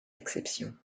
exceptions